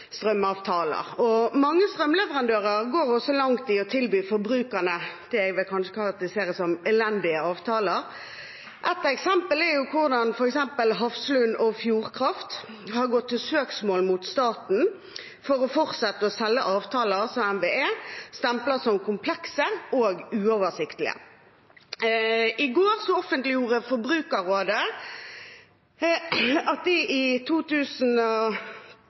Mange strømleverandører går også langt i å tilby forbrukerne det jeg kanskje vil karakterisere som elendige avtaler. Ett eksempel er hvordan Hafslund og Fjordkraft har gått til søksmål mot staten for å få fortsette å selge avtaler som NVE stempler som komplekse og uoversiktlige. I går offentliggjorde Forbrukerrådet at de i